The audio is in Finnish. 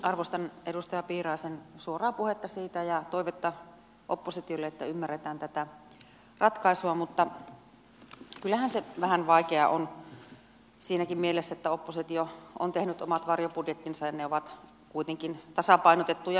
arvostan edustaja piiraisen suoraa puhetta ja toivetta oppositiolle että ymmärretään tätä ratkaisua mutta kyllähän se vähän vaikeaa on siinäkin mielessä että oppositio on tehnyt omat varjobudjettinsa ja ne ovat kuitenkin tasapainotettuja suurelta osin